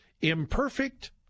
imperfect